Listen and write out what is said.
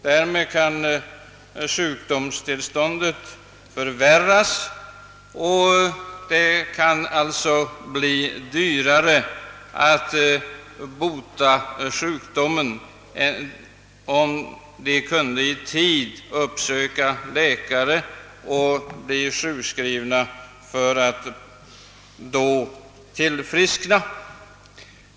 Därmed kan sjukdomstillståndet förvärras, och det kan alltså bli dyrare att bota sjukdomen än om de i tid uppsökt läkare och blivit sjukskrivna för att då tillfriskna.